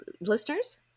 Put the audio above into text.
listeners